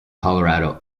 colorado